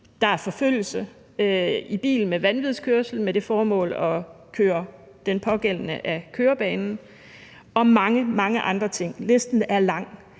Der er forfølgelse i bil med vanvidskørsel med det formål at køre den pågældende af kørebanen. Og der er mange, mange andre ting – listen er lang.